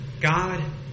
God